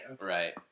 Right